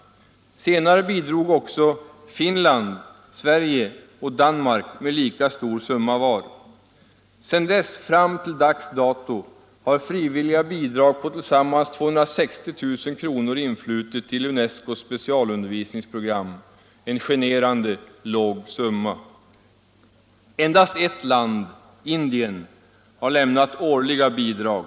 Senare bidrog också Finland, Sverige och Danmark med lika stor summa var. Sedan dess har till dags dato frivilliga bidrag på tillsammans 260 000 kr. influtit till UNESCO:s specialundervisningsprogram —- en generande låg summa. Endast ett land, Indien, har lämnat årliga bidrag.